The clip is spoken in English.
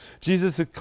Jesus